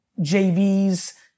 JVs